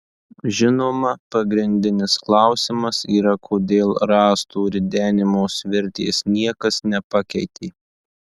žinoma pagrindinis klausimas yra kodėl rąstų ridenimo svirties niekas nepakeitė